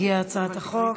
הגיעה הצעת החוק.